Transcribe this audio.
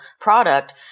product